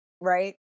Right